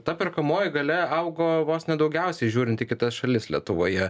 ta perkamoji galia augo vos ne daugiausiai žiūrint į kitas šalis lietuvoje